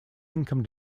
income